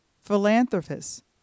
Philanthropist